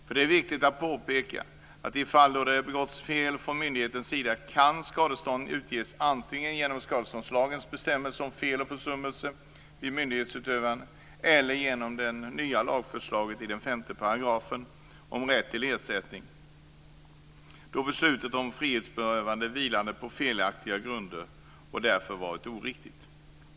För det är viktigt att påpeka att i fall då det begåtts fel från myndighetens sida kan skadestånd utges antingen genom skadeståndslagens bestämmelser om fel och försummelser vid myndighetsutövande eller genom det nya lagförslaget i den femte paragrafen om rätt till ersättning då beslutet om frihetsberövande vilade på felaktiga grunder och därför var oriktigt.